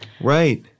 Right